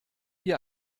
dir